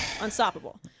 unstoppable